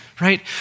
right